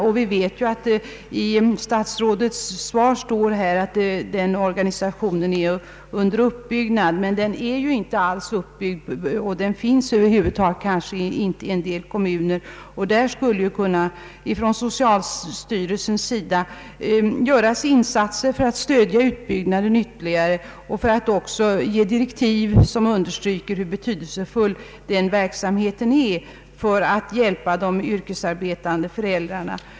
Av statsrådets svar framgår att barnvårdarinneorganisationen är under uppbyggnad, men den är inte alls färdig, och i vissa kommuner finns den över huvud taget inte. Där skulle ju socialstyrelsen kunna göra insatser för att ytterligare stödja utbyggnaden och för att ge direktiv som understryker hur betydelsefull denna verksamhet är för att hjälpa barnen och de yrkesarbetande föräldrarna.